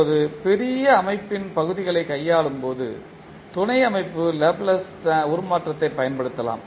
இப்போது பெரிய அமைப்பின் பகுதிகளைக் கையாளும் போது துணை அமைப்பு லேப்ளேஸ் உருமாற்றத்தைப் பயன்படுத்தலாம்